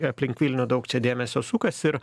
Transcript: aplink vilnių daug čia dėmesio sukasi ir